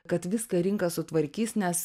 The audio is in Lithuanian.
kad viską rinka sutvarkys nes